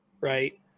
right